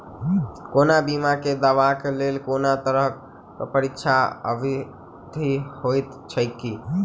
कोनो बीमा केँ दावाक लेल कोनों तरहक प्रतीक्षा अवधि होइत छैक की?